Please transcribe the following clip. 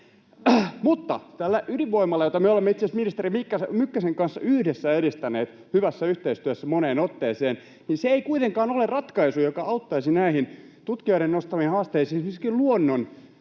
Mutta tämä ydinvoima — jota me olemme itse asiassa ministeri Mykkäsen kanssa yhdessä edistäneet hyvässä yhteistyössä moneen otteeseen — ei kuitenkaan ole ratkaisu, joka auttaisi näihin tutkijoiden nostamiin haasteisiin esimerkiksi luonnon